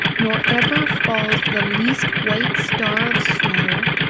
nor ever falls the least white star of snow,